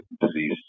disease